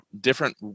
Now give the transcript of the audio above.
different